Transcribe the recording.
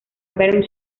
bernd